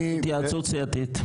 מי --- התייעצות סיעתית.